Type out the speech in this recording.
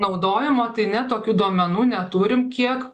naudojimo tai ne tokių duomenų neturim kiek